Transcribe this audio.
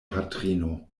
patrino